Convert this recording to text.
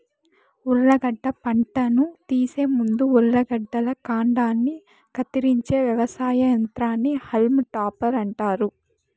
ఉర్లగడ్డ పంటను తీసే ముందు ఉర్లగడ్డల కాండాన్ని కత్తిరించే వ్యవసాయ యంత్రాన్ని హాల్మ్ టాపర్ అంటారు